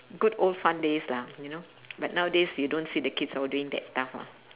good old fun days lah you know but nowadays you don't see the kids all doing that stuff ah